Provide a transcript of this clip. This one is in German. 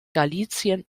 galizien